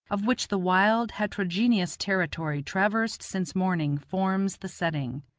of which the wild, heterogeneous territory traversed since morning forms the setting.